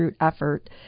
effort